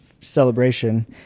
celebration